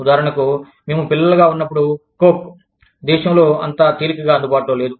ఉదాహరణకు మేము పిల్లలుగా ఉన్నప్పుడు కోక్ దేశంలో అంత తేలికగా అందుబాటులో లేదు